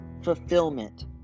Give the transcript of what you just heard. fulfillment